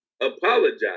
apologize